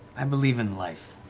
i believe in life.